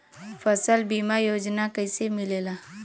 फसल बीमा योजना कैसे मिलेला?